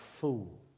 fool